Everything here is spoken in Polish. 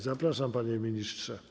Zapraszam, panie ministrze.